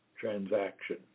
transaction